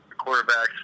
Quarterbacks